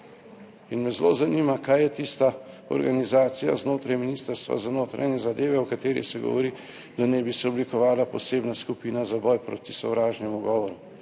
in me zelo zanima, kaj je tista organizacija znotraj Ministrstva za notranje zadeve, o kateri se govori, da naj bi se oblikovala posebna skupina za boj proti sovražnemu govoru.